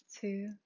two